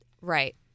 Right